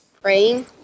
Praying